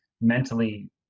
mentally